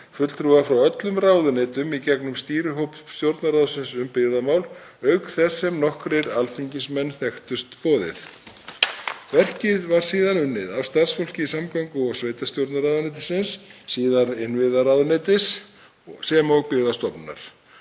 fulltrúar frá öllum ráðuneytum í gegnum stýrihóp Stjórnarráðsins um byggðamál, auk þess sem nokkrir alþingismenn þekktust boðið. Verkið var síðan unnið af starfsfólki samgöngu- og sveitarstjórnarráðuneytis, síðar innviðaráðuneytis, og Byggðastofnunar.